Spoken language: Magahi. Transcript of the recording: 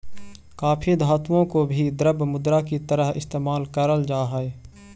काफी धातुओं को भी द्रव्य मुद्रा की तरह इस्तेमाल करल जा हई